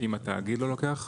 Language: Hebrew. אם התאגיד לא לוקח?